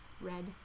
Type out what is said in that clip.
Red